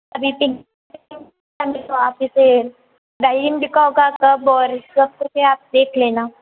अभी तो आप इसे डायरी में लिखा होगा कब और अब है आप देख लेना